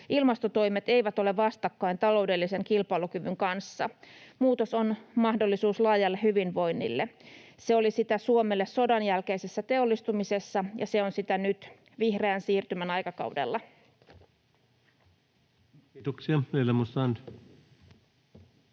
Ilmastotoimet eivät ole vastakkain taloudellisen kilpailukyvyn kanssa. Muutos on mahdollisuus laajalle hyvinvoinnille. Se oli sitä Suomelle sodan jälkeisessä teollistumisessa, ja se on sitä nyt vihreän siirtymän aikakaudella. [Speech